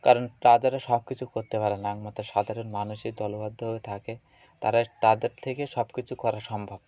কারণ রাজারা সব কিছু করতে পারে না একমাত্র সাধারণ মানুষই দলবদ্ধ হয়ে থাকে তারা তাদের থেকে সব কিছু করা সম্ভব